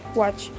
watch